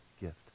gift